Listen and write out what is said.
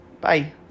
Bye